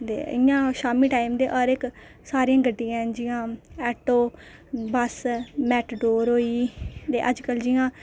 दे इ'यां शामी टाइम ते हर इक सारियां गड्डियां हैन जि'यां हून आटो बस मेटाडोर होई गेई दे अजकल जि'यां